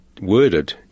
worded